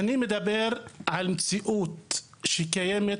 אני מדבר על מציאות שקיימת.